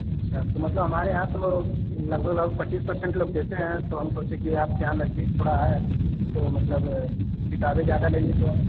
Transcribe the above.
अच्छा तो मतलब हमारे यहाँ तो लगभग लगभग पच्चीस परसेंट लोग देते हैं तो हम सोचे कि आपके यहाँ नजदीक थोड़ा है तो मतलब किताबें ज्यादा लेंगे तो